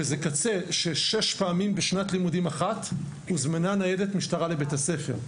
וזה קצה שש פעמים בשנת לימודים אחת הוזמנה ניידת משטרה לבית-הספר.